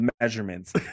measurements